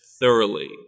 thoroughly